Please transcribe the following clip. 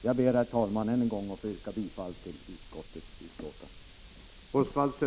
Jag ber än en gång, herr talman, att få yrka bifall till hemställan i utskottets betänkande.